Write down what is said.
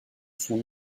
son